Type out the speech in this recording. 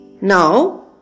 now